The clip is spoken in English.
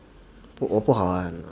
我不好啊